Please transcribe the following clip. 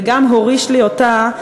וגם הוריש לי אותה,